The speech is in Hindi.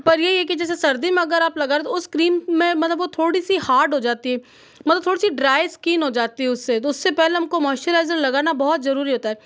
पर यही है कि जैसे सर्दी में अगर आप लगा रहे हो तो उस क्रीम में मतलब वो थोड़ी सी हार्ड हो जाती है मतलब थोड़ी सी ड्राई इस्किन हो जाती है उससे तो उससे पहले हम को मोइश्चराइज़र लगाना बहुत जरूरी होता है